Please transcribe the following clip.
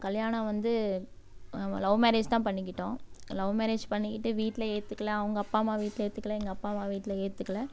கல்யாணம் வந்து love marriage தான் பண்ணிக்கிட்டோம் லவ் மேரேஜ் பண்ணிக்கிட்டு வீட்டில ஏத்துக்கலை அவங்க அப்பா அம்மா வீட்டில ஏத்துக்கலை எங்கள் அப்பா அம்மா வீட்டில ஏத்துக்கலை